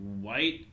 white